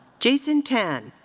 jason tan.